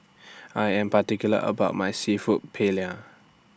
I Am particular about My Seafood Paella